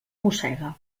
mossega